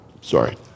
sorry